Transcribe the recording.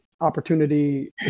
opportunity